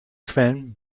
quellen